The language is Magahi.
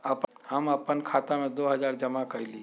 हम अपन खाता में दो हजार जमा कइली